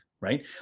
right